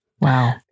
Wow